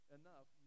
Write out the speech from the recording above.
enough